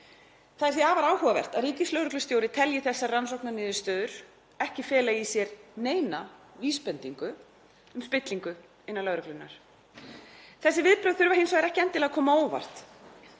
Það er því afar áhugavert að ríkislögreglustjóri telji þessar rannsóknarniðurstöður ekki fela í sér neina vísbendingu um spillingu innan lögreglunnar. Þessi viðbrögð þurfa hins vegar ekki endilega að koma á óvart.